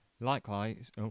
Likewise